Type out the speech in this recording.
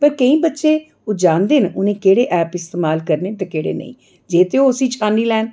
पर केईं बच्चे जानदे न उ'नेंई केह्ड़े ऐप इस्तमाल करने न ते केह्ड़े नेईं जे ते ओह् उसी जानी लैन